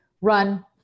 run